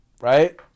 right